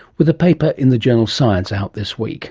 with a paper in the journal science, out this week